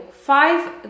five